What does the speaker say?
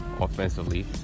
offensively